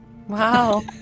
Wow